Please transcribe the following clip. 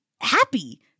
happy